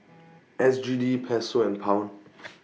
S G D Peso and Pound